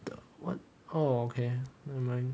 the what orh okay nevermind